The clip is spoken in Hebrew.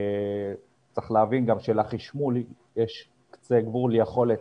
צריך להבין גם שלחשמול יש קצה גבול יכולת,